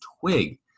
twig